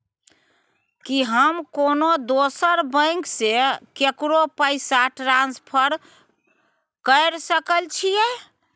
की हम कोनो दोसर बैंक से केकरो पैसा ट्रांसफर कैर सकय छियै?